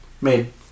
made